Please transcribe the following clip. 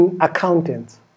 accountants